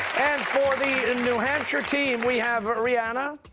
and for the and new hampshire team we have rhianna,